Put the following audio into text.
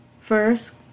First